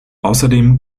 außerdem